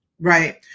right